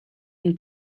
une